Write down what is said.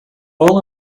all